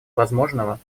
возможного